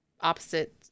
opposite